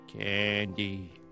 Candy